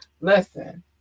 Listen